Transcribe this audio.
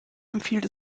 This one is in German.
empfiehlt